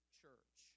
church